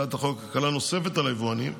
בהצעת החוק הקלה נוספת על היבואנים,